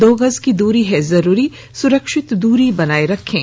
दो गज की दूरी है जरूरी सुरक्षित दूरी बनाए रखें